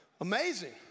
amazing